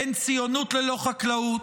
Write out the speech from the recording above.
אין ציונות ללא חקלאות,